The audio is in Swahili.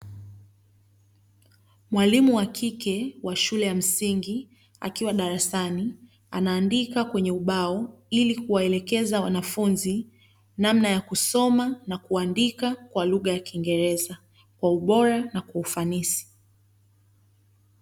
Mwalimu wa kike wa shule ya msingi akiwa darasani, anaandika kwenye ubao ili kuwaelekeza wanafunzi, namna ya kusoma na kuandika kwa lugha ya kingereza, kwa ubora na kwa ufanisi.